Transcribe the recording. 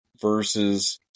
versus